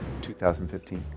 2015